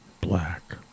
Black